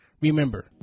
Remember